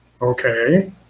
okay